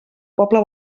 poble